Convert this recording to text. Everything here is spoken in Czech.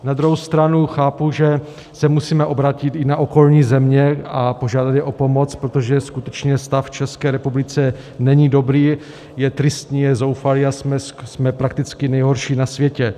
Na druhou stranu chápu, že se musíme obrátit i na okolní země a požádat je o pomoc, protože skutečně stav v České republice není dobrý, je tristní, je zoufalý a jsme prakticky nejhorší na světě.